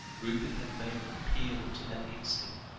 rupert had made an appeal to that instinct.